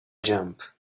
jump